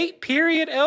period